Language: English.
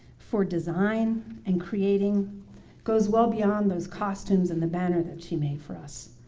for design and creating goes well beyond those costumes and the banner that she made for us.